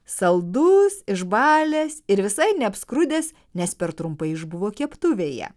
saldus išbalęs ir visai neapskrudęs nes per trumpai išbuvo keptuvėje